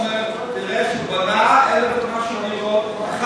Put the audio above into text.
ותראה שהוא בנה 1,000 ומשהו דירות.